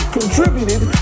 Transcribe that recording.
contributed